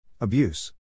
Abuse